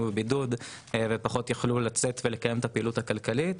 בבידוד ופחות יכלו לצאת ולקיים את הפעילות הכלכלית.